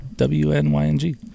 W-N-Y-N-G